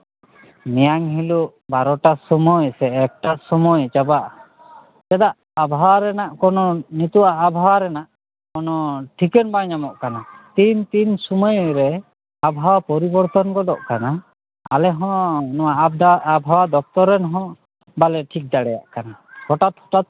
ᱢᱮᱭᱟᱝ ᱦᱤᱞᱳᱜ ᱵᱟᱨᱚᱴᱟ ᱥᱚᱢᱚᱭ ᱥᱮ ᱮᱠᱴᱟ ᱥᱚᱢᱚᱭ ᱪᱟᱵᱟᱜᱼᱟ ᱪᱮᱫᱟᱜ ᱥᱮ ᱟᱵᱚᱦᱟᱣᱟ ᱨᱮᱱᱟᱜ ᱠᱳᱱᱳ ᱱᱤᱛᱳᱜᱼᱟᱜ ᱟᱵᱚᱦᱟᱣᱟ ᱨᱮᱱᱟᱜ ᱠᱳᱱᱳ ᱴᱷᱤᱠᱟᱹᱱ ᱵᱟᱝ ᱧᱟᱢᱚᱜ ᱠᱟᱱᱟ ᱛᱤᱱᱼᱛᱤᱱ ᱥᱩᱢᱟᱹᱭ ᱨᱮ ᱟᱵᱚᱦᱟᱣᱟ ᱯᱚᱨᱤᱵᱚᱨᱛᱚᱱ ᱜᱚᱫᱚᱜ ᱠᱟᱱᱟ ᱟᱞᱮ ᱦᱚᱸ ᱱᱚᱣᱟ ᱟᱵᱚᱦᱟᱣᱟ ᱫᱚᱯᱛᱚᱨ ᱨᱮᱱ ᱦᱚᱸ ᱵᱟᱞᱮ ᱴᱷᱤᱠ ᱫᱟᱲᱮᱭᱟᱜ ᱠᱟᱱᱟ ᱦᱚᱴᱟᱛ ᱦᱚᱴᱟᱛ